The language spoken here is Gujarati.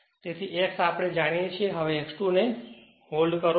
અને તેથી X આપણે જાણીએ છીએ હવે X2 ને હોલ્ડ કરો